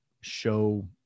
show